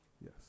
Yes